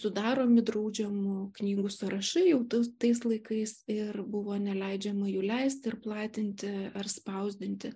sudaromi draudžiamų knygų sąrašai jau tais laikais ir buvo neleidžiama jų leisti ir platinti ar spausdinti